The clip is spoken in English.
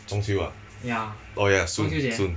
中秋 ah oh ya so soon soon